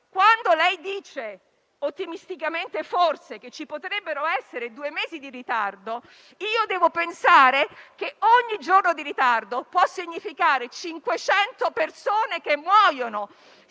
Quando lei dice, ottimisticamente forse, che ci potrebbero essere due mesi di ritardo, devo pensare che ogni giorno di ritardo può significare 500 persone che muoiono.